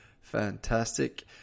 fantastic